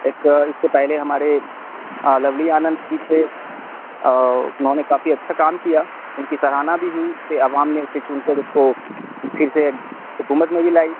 ایک اس سے پہلے ہمارے لولی آنند بھی تھے انہوں نے کافی اچھا کام کیا ان کی سرانہ بھی ہوئی اس سے عوام نے اس سے چن کر اس کو پھر سے حکومت میں بھی لائی